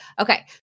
okay